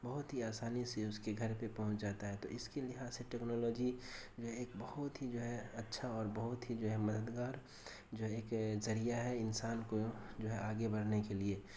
بہت ہی آسانی سے اس کے گھر پہ پہنچ جاتا ہے تو اس کے لحاظ سے ٹیکنالوجی جو ہے ایک بہت ہی اچھا اور بہت ہی جو ہے مددگار جو ایک ذریعہ ہے انسان کو جو ہے آگے بڑھنے کے لیے